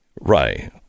Right